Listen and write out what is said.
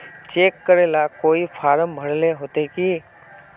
Cheque करेला कोई form भरेले होते की?